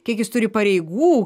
kiek jis turi pareigų